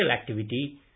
activity